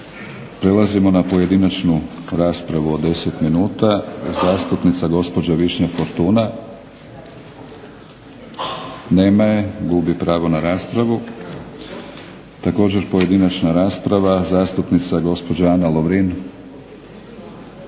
Prelazimo na pojedinačnu raspravu od 10 minuta. Zastupnica gospođa Višnja Fortuna. Nema je, gubi pravo na raspravu. Također pojedinačna rasprava, zastupnica gospođa Ana Lovrin.